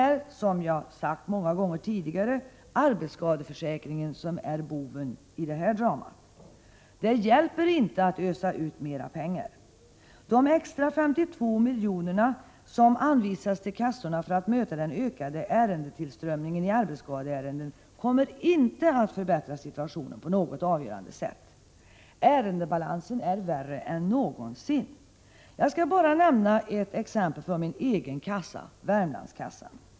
Som jag sagt många gånger tidigare, är arbetsskadeförsäkringen boven i det dramat. Det hjälper inte att ösa ut mera pengar. De extra 52 miljonerna, som anvisats till kassorna för att möta den ökade tillströmningen av arbetsskadeärenden, kommer inte att förbättra situationen på något avgörande sätt. Ärendebalansen är värre än någonsin. Jag skall bara nämna ett exempel från min egen kassa, Värmlandskassan.